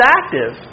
active